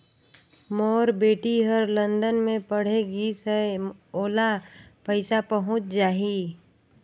मोर बेटी हर लंदन मे पढ़े गिस हय, ओला पइसा पहुंच जाहि?